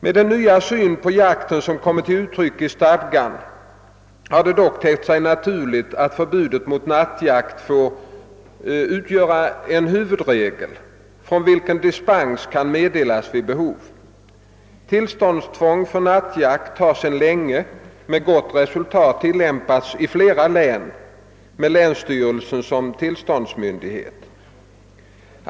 Med den nya syn på jakten som kommit till uttryck i stadgan har det dock tett sig naturligt att förbudet mot nattjakt får utgöra en huvudregel, från vilken dispens kan meddelas vid behov. Tillståndstvång för nattjakt har sedan länge med gott resultat tillämpats i flera län med länsstyrelsen som tillståndsmyndighet.